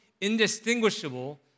indistinguishable